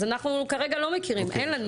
אז אנחנו כרגע לא מכירים, אין לנו.